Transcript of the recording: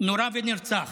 נורה ונרצח.